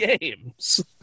games